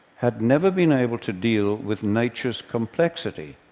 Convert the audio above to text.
had never been able to deal with nature's complexity.